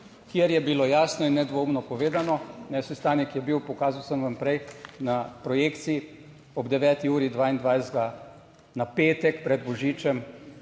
kjer je bilo jasno in nedvoumno povedano, sestanek je bil, pokazal sem vam prej na projekciji ob 9. uri 22. na petek pred Božičem,